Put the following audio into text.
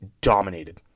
dominated